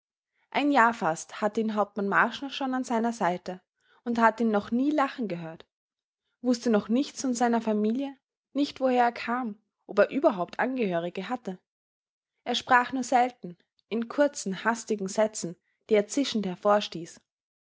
ein jahr fast hatte ihn hauptmann marschner schon an seiner seite und hatte ihn noch nie lachen gehört wußte noch nichts von seiner familie nicht woher er kam ob er überhaupt angehörige hatte er sprach nur selten in kurzen hastigen sätzen die er zischend